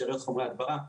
שאריות חומרי הדברה.